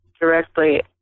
directly